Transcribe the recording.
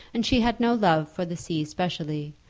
and she had no love for the sea specially,